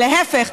להפך,